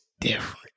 different